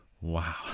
wow